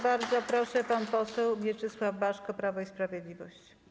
Bardzo proszę, pan poseł Mieczysław Baszko, Prawo i Sprawiedliwość.